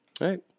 Right